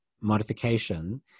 modification